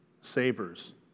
Savers